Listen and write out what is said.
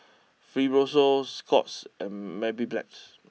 Fibrosol Scott's and Mepilex